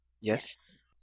Yes